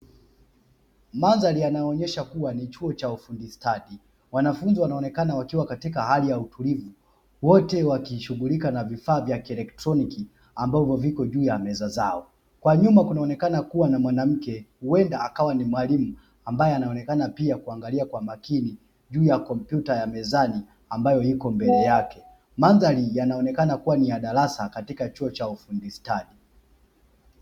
Mandhari yanaonesha kuwa ni chuo cha ufundi stadi, wanafunzi wanaonekana wakiwa katika hali ya utulivu wote wakishughulika na vifaa vya kielektroniki ambavyo viko juu ya meza zao kwa nyuma kunaonekana kuwa na mwanamke huenda akawa ni mwalimu ambaye anaonekana pia kuangalia kwa makini juu ya kompyuta ya mezani ambayo iko mbele yake mandhari yanaonekana kuwa ni a darasa katika chuo cha ufundi stadi.